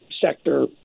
sector